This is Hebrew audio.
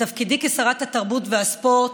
בתפקידי כשרת התרבות והספורט,